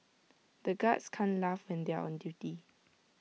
the guards can't laugh when they are on duty